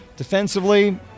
Defensively